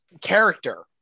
character